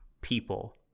people